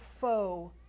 foe